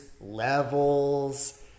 levels